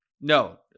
No